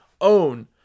own